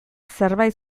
zerbait